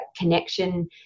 connection